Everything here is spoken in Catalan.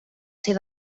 ser